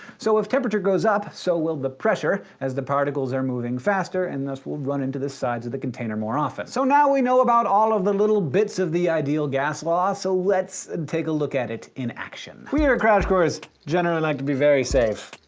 so if temperature goes up, so will the pressure as the particles are moving faster and thus will run into the sides of the container more often. so now we know about all of the little bits of the ideal gas law, so let's take a look at it in action. we here at crash course generally like to be very safe.